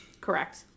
Correct